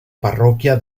parroquia